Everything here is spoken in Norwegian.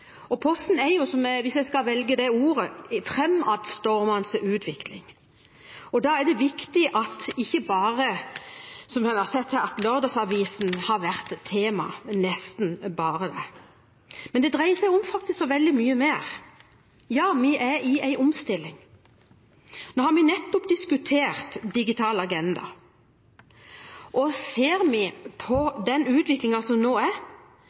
og Posten er jo – hvis jeg skal velge dette ordet – i fremadstormende utvikling. Da er det viktig at det ikke bare er, som vi har sett her, lørdagsavisen som er tema – det har vært nesten bare den. Det dreier seg faktisk om så veldig mye mer. Vi er i en omstilling. Vi har nettopp diskutert Digital agenda, og ser vi på utviklingen, er det klart at dette vil påvirke postsektoren – som